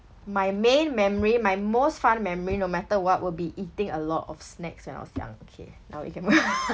my main memory my most fond memory no matter what will be eating a lot of snacks when I was young okay now we can mo~